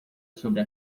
sobre